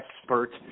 expert